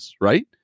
right